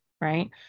Right